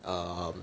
um